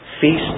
feast